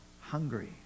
hungry